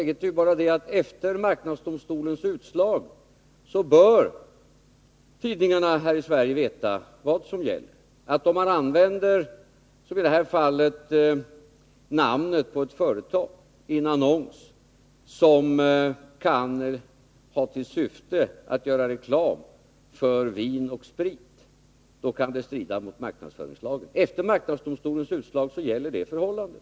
Herr talman! Efter marknadsdomstolens utslag är läget sådant att tidningarna här i Sverige bör veta vad som gäller. Om man, som i detta fall, använder namnet på ett företag i en annons som kan ha till syfte att göra reklam för vin och sprit kan det strida mot marknadsföringslagen. Efter marknadsdomstolens utslag gäller det förhållandet.